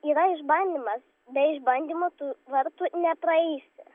yra išbandymas bei išbandymų tų vartų nepraeisi